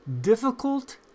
difficult